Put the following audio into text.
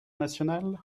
national